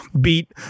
beat